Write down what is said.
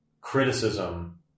criticism